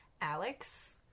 Alex